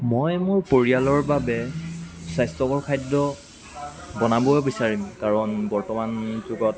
মই মোৰ পৰিয়ালৰ বাবে স্বাস্থ্যকৰ খাদ্য বনাব বিচাৰিম কাৰণ বৰ্তমান যুগত